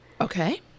Okay